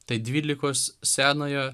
tai dvylikos senojo